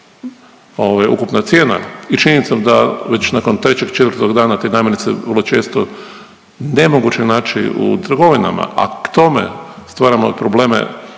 ukupna cijena i činjenicom da već nakon trećeg, četvrtog dana te namirnice vrlo često nemoguće naći u trgovinama, a k tome stvaramo i probleme